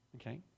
Okay